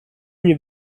ogni